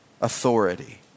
authority